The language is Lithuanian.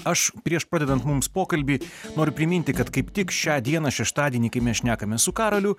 aš prieš pradedant mums pokalbį noriu priminti kad kaip tik šią dieną šeštadienį kai mes šnekamės su karoliu